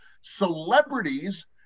celebrities